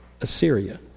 Assyria